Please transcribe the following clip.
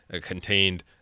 contained